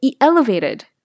elevated